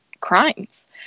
crimes